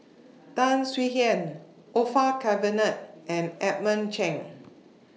Tan Swie Hian Orfeur Cavenagh and Edmund Cheng